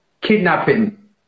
kidnapping